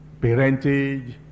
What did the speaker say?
parentage